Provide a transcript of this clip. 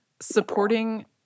Supporting